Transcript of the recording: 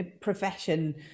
profession